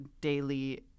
daily